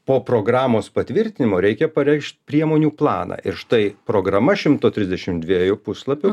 po programos patvirtinimo reikia pareikšt priemonių planą ir štai programa šimto trisdešim dviejų puslapių